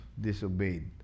disobeyed